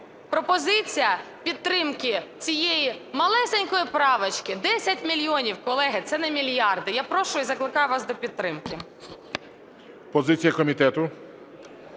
пропозиція підтримки цієї малесенької правочки, 10 мільйонів, колеги, це не мільярди. Я прошу і закликаю вас до підтримки. ГОЛОВУЮЧИЙ. Позиція комітету.